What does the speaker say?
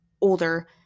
older